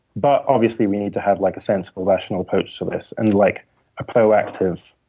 but obviously, we need to have like a sensible, rational approach to this, and like a proactive